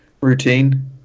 routine